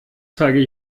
zeige